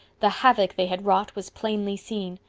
the havoc they had wrought was plainly seen,